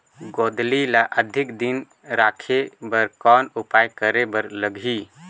गोंदली ल अधिक दिन राखे बर कौन उपाय करे बर लगही?